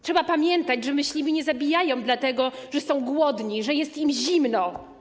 Trzeba pamiętać, że myśliwi nie zabijają dlatego, że są głodni, że jest im zimno.